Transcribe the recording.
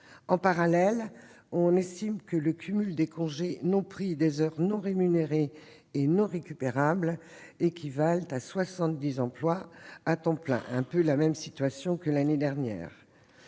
En parallèle, on estime que le cumul des congés non pris et des heures non rémunérées et non récupérables équivaut à 70 emplois à temps plein. La situation est similaire à celle de l'année dernière.